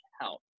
help